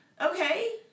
okay